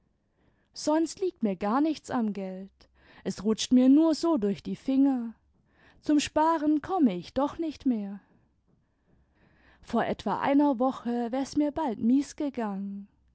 sonst liegt mir gar nichts am geld es rutscht mir nur so durch die finger zum sparen komme ich doch nicht mehr vor etwa einer woche wär's mir bald mies gegangen